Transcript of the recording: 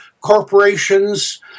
corporations